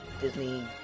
Disney